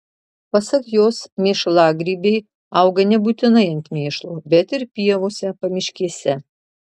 pasak jos mėšlagrybiai auga nebūtinai ant mėšlo bet ir pievose pamiškėse